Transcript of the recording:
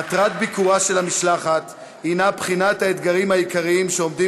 מטרת ביקורה של המשלחת היא בחינת האתגרים העיקריים שעומדים